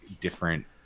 different